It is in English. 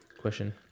question